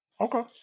Okay